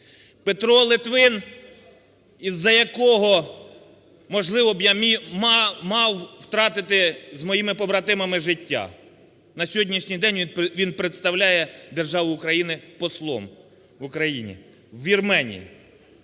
Петро Литвин, із-за якого, можливо б, я мав втратити з моїми побратимами життя. На сьогоднішній день він представляє державу Україна послом в Україні... у Вірменії.